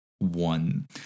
one